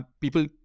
People